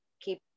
keep